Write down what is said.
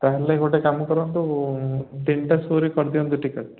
ତା'ହେଲେ ଗୋଟେ କାମ କରନ୍ତୁ ତିନିଟା ସୋରେ କରିଦିଅନ୍ତୁ ଟିକେଟ୍